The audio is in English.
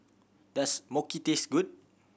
does taste good